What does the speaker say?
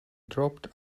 dropped